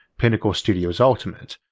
pinnacle studios ultimate,